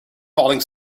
falling